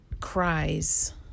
cries